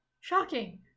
shocking